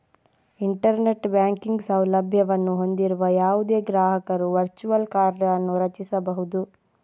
internet banking ಸೌಲಭ್ಯವನ್ನು ಹೊಂದಿರುವ ಯಾವುದೇ ಗ್ರಾಹಕರು ವರ್ಚುವಲ್ ಕಾರ್ಡ್ ಅನ್ನು ರಚಿಸಬಹುದು